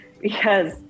because-